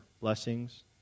blessings